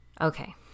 Okay